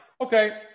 okay